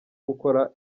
gukora